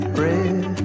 red